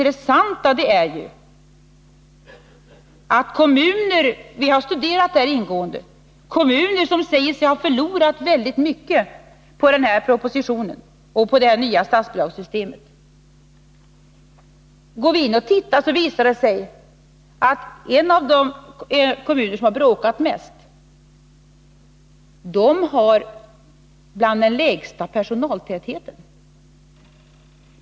En del kommuner säger sig komma att förlora mycket på denna proposition och det nya statsbidragssystemet. Vi har studerat det ingående. Det är intressant att det då har visat sig att en av de kommuner som har bråkat mest har bland den lägsta personaltätheten.